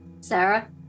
Sarah